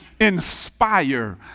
inspire